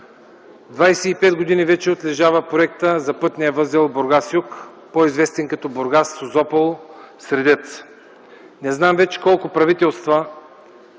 пет години вече отлежава проектът за пътния възел Бургас-юг, по-известен като Бургас-Созопол-Средец. Не знам вече колко правителства